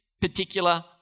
particular